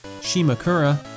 Shimakura